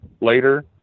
later